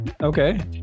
Okay